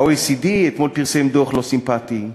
ה-OECD פרסם אתמול דוח לא סימפתי,